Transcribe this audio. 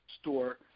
store